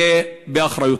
יהיה באחריותו.